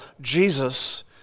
Jesus